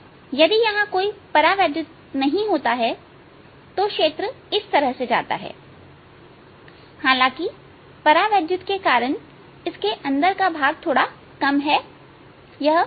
यदि यहां कोई परावैद्युत नहीं होता तो क्षेत्र इस तरह से जाता हालांकि परावैद्युत के कारण इसके अंदर का भाग थोड़ा कम है